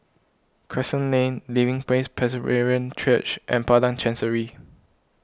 Crescent Lane Living Praise Presbyterian Church and Padang Chancery